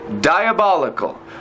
diabolical